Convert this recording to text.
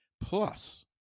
Plus